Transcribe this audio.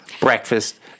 breakfast